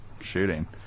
shooting